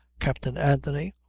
captain anthony,